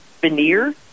veneer